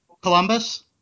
Columbus